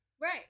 right